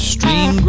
Stream